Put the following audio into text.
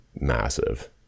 massive